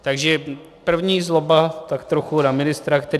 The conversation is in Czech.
Takže první zloba tak trochu na ministra, který...